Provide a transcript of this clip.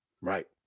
Right